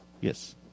yes